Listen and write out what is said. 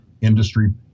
industry